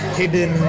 hidden